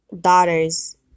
daughters